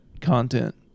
content